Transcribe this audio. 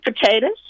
potatoes